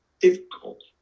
difficult